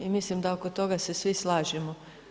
I mislim da oko toga se svi slažemo.